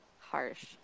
harsh